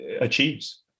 achieves